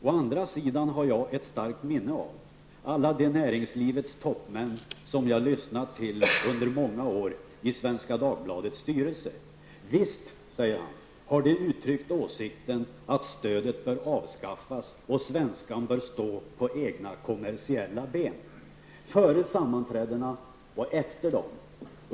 Å andra sidan har jag ett starkt minne av alla de näringslivets toppmän som jag lyssnat till under många år i Svenska Dagbladets styrelse. Visst har de uttryckt åsikten att stödet bör avskaffas och Svenskan bör stå på egna kommersiella ben. Före sammanträdena och efter dem.